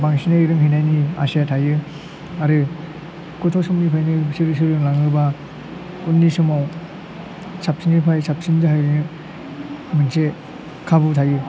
बासिनै रोंहैनायनि आसाया थायो आरो गथ' समनिफ्रायनो बिसोरो सोलों सोलों लाङोब्ला उननि समाव साबसिननिफ्राय साबसिन जाहैयो मोनसे खाबु थायो